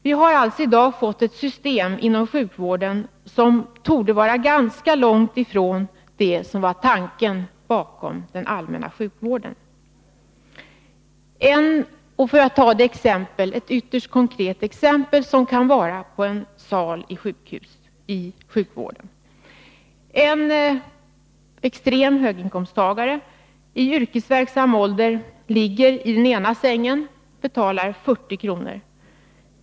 Vi har alltså i dag fått ett system inom sjukvården som torde vara långt ifrån det som var tanken bakom den allmänna sjukvården. Låt mig ta ett konkret exempel på hur det kan vara på en sjuksal. En extrem höginkomsttagare i yrkesverksam ålder ligger i den ena sängen. Han betalar 40 kr. om dagen.